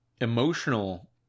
emotional